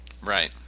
Right